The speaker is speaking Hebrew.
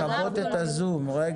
חלב גולמי.